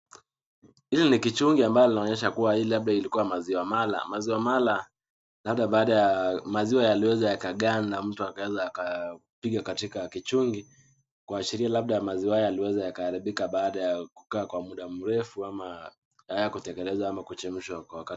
Hili ni kichungi ambaye linaonyesha kuwa hii labda ilikuwa maziwa mala. Maziwa mala labda baada ya maziwa yaliweza yakaganda, mtu akaweza akapiga katika kichungi kuashiria labda maziwa hayo yaliweza yakaharibika baada ya kukaa kwa muda mrefu ama hayakutekelezwa ama kuchemshwa kwa haraka.